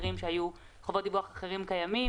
דיווח אחרות שקיימות,